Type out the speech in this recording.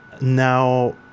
Now